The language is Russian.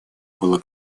было